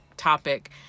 topic